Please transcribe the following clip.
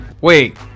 wait